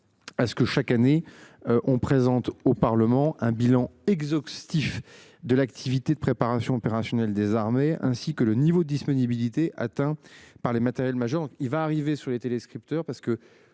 À ce que chaque année on présente au Parlement un bilan exhaustif. De l'activité de préparation opérationnelle des armées ainsi que le niveau disponibilité atteint par les matériels majeurs,